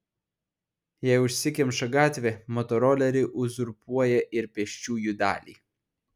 jei užsikemša gatvė motoroleriai uzurpuoja ir pėsčiųjų dalį